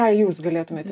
ką jūs galėtumėte